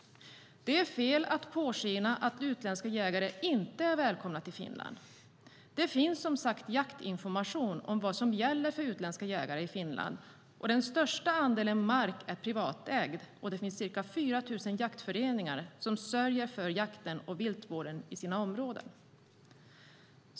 Det är fel att låta påskina att utländska jägare inte är välkomna till Finland. Det finns jaktinformation om vad som gäller för utländska jägare i Finland. Den största andelen mark är privatägd, och det finns ca 4 000 jaktföreningar som sörjer för jakten och viltvården i sina områden.